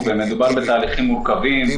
מדובר בתהליכים מורכבים,